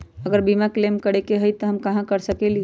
अगर बीमा क्लेम करे के होई त हम कहा कर सकेली?